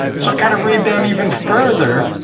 so it kind of read down even further,